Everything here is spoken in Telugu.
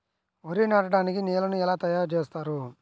వరి నాటడానికి నేలను ఎలా తయారు చేస్తారు?